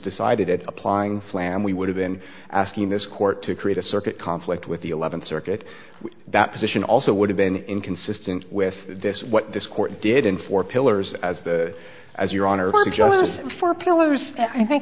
decided it applying flamm we would have been asking this court to create a circuit conflict with the eleventh circuit that position also would have been inconsistent with this what this court did in four pillars as the as your honor just four pillars i thank